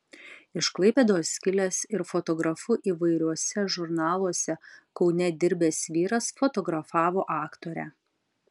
iš klaipėdos kilęs ir fotografu įvairiuose žurnaluose kaune dirbęs vyras fotografavo aktorę